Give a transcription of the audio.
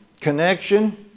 connection